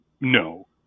no